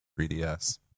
3DS